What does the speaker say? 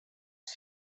oss